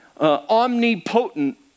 omnipotent